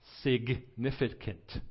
significant